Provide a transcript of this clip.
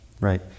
Right